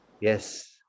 Yes